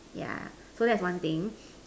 yeah so that's one thing